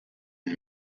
and